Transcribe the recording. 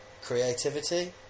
creativity